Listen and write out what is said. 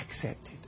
accepted